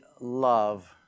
love